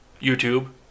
YouTube